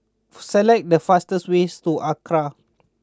select the fastest ways to Acra